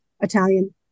Italian